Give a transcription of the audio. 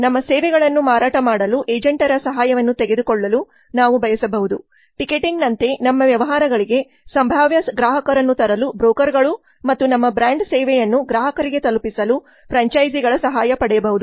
ನಮ್ಮ ಸೇವೆಗಳನ್ನು ಮಾರಾಟ ಮಾಡಲು ಏಜೆಂಟರ ಸಹಾಯವನ್ನು ತೆಗೆದುಕೊಳ್ಳಲು ನಾವು ಬಯಸಬಹುದು ಟಿಕೆಟಿಂಗ್ನಂತೆ ನಮ್ಮ ವ್ಯವಹಾರಗಳಿಗೆ ಸಂಭಾವ್ಯ ಗ್ರಾಹಕರನ್ನು ತರಲು ಬ್ರೋಕರ್ಗಳು ಮತ್ತು ನಮ್ಮ ಬ್ರಾಂಡ್ ಸೇವೆಯನ್ನು ಗ್ರಾಹಕರಿಗೆ ತಲುಪಿಸಲು ಫ್ರಾಂಚೈಸಿಗಳ ಸಹಾಯ ಪಡೆಯಬಹುದು